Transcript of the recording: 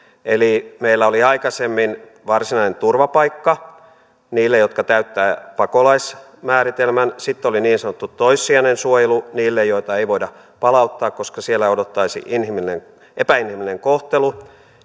meillä oli aikaisemmin varsinainen turvapaikka niille jotka täyttävät pakolaismääritelmän sitten oli niin sanottu toissijainen suojelu niille joita ei voida palauttaa koska siellä odottaisi epäinhimillinen epäinhimillinen kohtelu